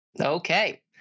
Okay